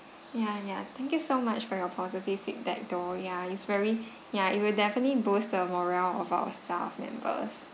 ya ya thank you so much for your positive feedback though ya it's very ya it will definitely boost the morale of our staff members